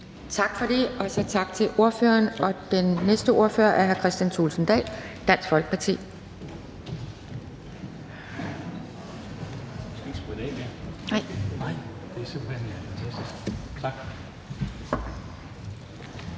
Tak for det, tak til ordføreren. Den næste ordfører er hr. Kristian Thulesen Dahl, Dansk Folkeparti.